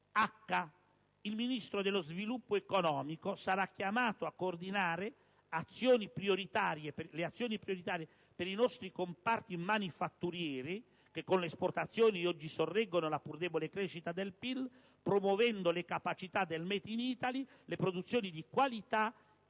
futuro Ministro dello sviluppo economico sarà chiamato a coordinare le azioni prioritarie per i nostri comparti manifatturieri - che con le esportazioni oggi sorreggono la pur debole crescita del PIL - promuovendo le capacità del *made in Italy*, le produzioni di qualità,